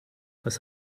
was